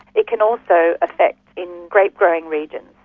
it can also affect in grape growing regions.